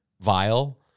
vile